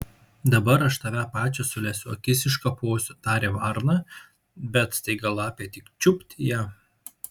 dabar aš tave pačią sulesiu akis iškaposiu tarė varna bet staiga lapė tik čiupt ją